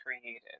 created